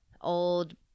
old